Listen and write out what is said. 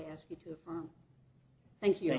ask you to affirm thank you